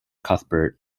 cuthbert